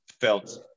felt